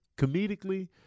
comedically